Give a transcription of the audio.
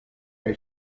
kaj